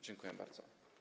Dziękuję bardzo.